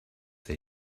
they